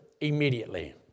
immediately